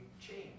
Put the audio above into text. change